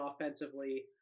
offensively